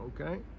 Okay